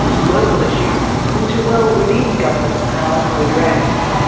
local issues which are well within governments' power to address.